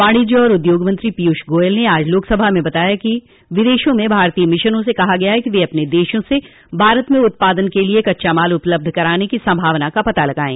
वाणिज्य और उद्योग मंत्री पीयूष गोयल ने आज लोकसभा में बताया कि विदेशों में भारतीय मिशनों से कहा गया है कि वे अपने देशों से भारत में उत्पादनों के लिए कच्चा माल उपलब्ध कराने की संभावना का पता लगायें